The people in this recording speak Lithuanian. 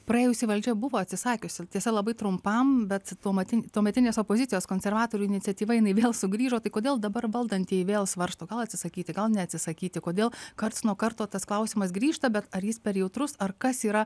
praėjusi valdžia buvo atsisakiusi tiesa labai trumpam bet pamatinį tuometinės opozicijos konservatorių iniciatyva jinai vėl sugrįžo tai kodėl dabar valdantieji vėl svarsto gal atsisakyti gal neatsisakyti kodėl karts nuo karto tas klausimas grįžta bet ar jis per jautrus ar kas yra